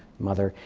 mother,